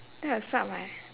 that was what my